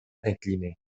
incliné